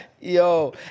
Yo